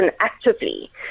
actively